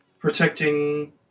protecting